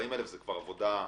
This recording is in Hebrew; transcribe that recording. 40,000 זה עבודה מסיבית.